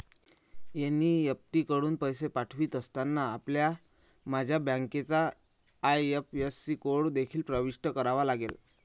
NEFT कडून पैसे पाठवित असताना, आपल्याला माझ्या बँकेचा आई.एफ.एस.सी कोड देखील प्रविष्ट करावा लागेल